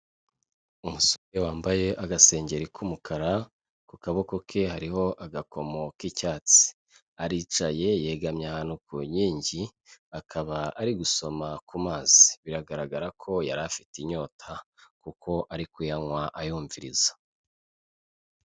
Umusore wambaye agasengeri k'umukara, ku kaboko ke hariho agakomo k'icyatsi. Aricaye yegamye ahantu ku nkingi, akaba ari gusoma ku mazi. Biragaragara ko yari afite inyota kuko ari kuyanywa ayumviriza.